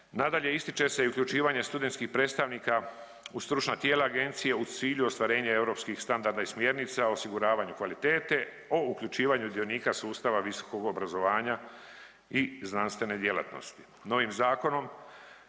Nadalje, ističe se i uključivanje studentskih predstavnika u stručna tijela Agencije u cilju ostvarenja europskih standarda i smjernica o osiguravanju kvalitete o uključivanju dionika sustava visokog obrazovanja i znanstvene djelatnosti.